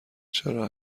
چرا